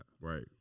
Right